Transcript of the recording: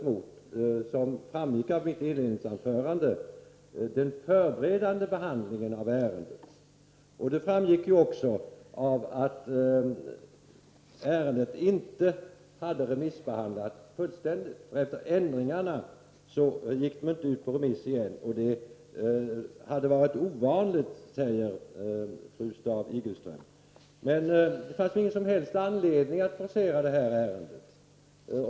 Som framgick av mitt inledningsanförande riktas kritiken mot den förberedande behandlingen av ärendet. Ärendet hade inte remissbehandlats fullständigt. Efter ändringarna gick det inte ut på remiss igen. Det är ovanligt att göra så, sade fru Staaf-Igelström. Det fanns ingen som helst anledning att forcera detta ärende.